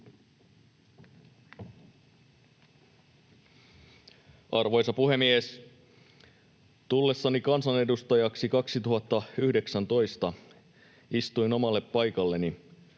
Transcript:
Arvoisa puhemies! Tullessani kansanedustajaksi 2019 istuin omalle paikalleni,